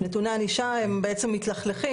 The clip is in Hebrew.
נתוני ענישה הם בעצם מתלכלכים,